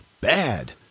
bad